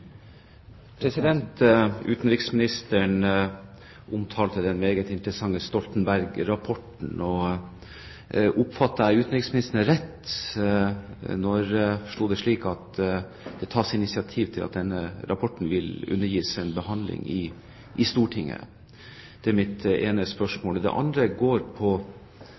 Utenriksministeren omtalte den meget interessante Stoltenberg-rapporten. Oppfattet jeg utenriksministeren rett da jeg forsto det slik at det tas initiativ til at denne rapporten vil undergis en behandling i Stortinget? Det er mitt ene spørsmål. Det andre går på